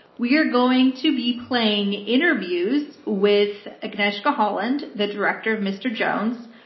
we are going to be playing interviews with agnieszka holland, the director of mr. jones,